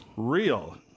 real